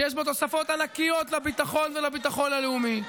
שיש בו תוספות ענקיות לביטחון ולביטחון הלאומי,